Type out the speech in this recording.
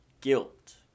guilt